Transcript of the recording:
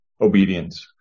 obedience